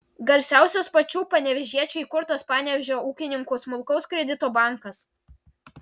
garsiausias pačių panevėžiečių įkurtas panevėžio ūkininkų smulkaus kredito bankas